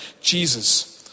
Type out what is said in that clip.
Jesus